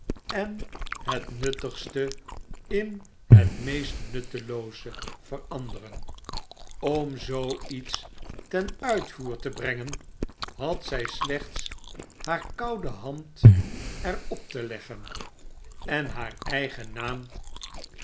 en het nuttigste in het meest nuttelooze veranderen om zoo iets ten uitvoer te brengen had zij slechts haar koude hand er op te leggen en haar eigen naam